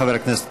חבר הכנסת קיש.